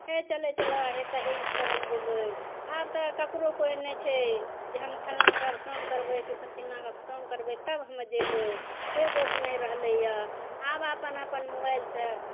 हे चले चलऽ तऽ हे ई करय लए जेबय आब तऽ ककरो कोइ नहि छै जे हम फलनाके सङ्ग करबय की चिलनाके सङ्ग करबय तब हम्मे जेबय से गप नहि रहलय हँ आब अपन अपन मोबाइलसँ